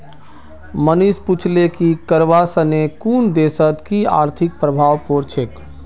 मनीष पूछले कि करवा सने कुन देशत कि आर्थिक प्रभाव पोर छेक